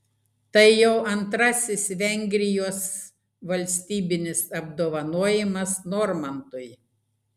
tai jau antrasis vengrijos valstybinis apdovanojimas normantui